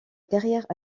carrière